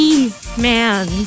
man